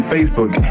Facebook